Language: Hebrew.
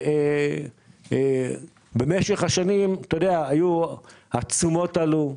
במשך השנים התשומות עלו,